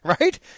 right